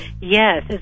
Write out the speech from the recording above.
Yes